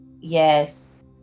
yes